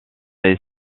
est